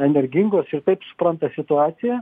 energingos ir taip supranta situaciją